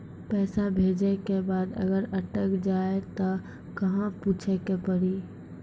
पैसा भेजै के बाद अगर अटक जाए ता कहां पूछे के पड़ी?